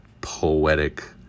poetic